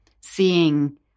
seeing